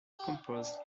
composed